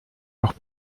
leurs